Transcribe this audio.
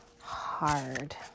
hard